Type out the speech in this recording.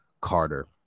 Carter